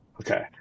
Okay